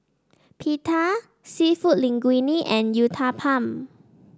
Pita seafood Linguine and Uthapam